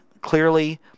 clearly